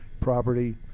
property